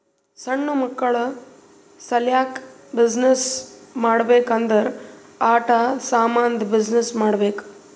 ಸಣ್ಣು ಮಕ್ಕುಳ ಸಲ್ಯಾಕ್ ಬಿಸಿನ್ನೆಸ್ ಮಾಡ್ಬೇಕ್ ಅಂದುರ್ ಆಟಾ ಸಾಮಂದ್ ಬಿಸಿನ್ನೆಸ್ ಮಾಡ್ಬೇಕ್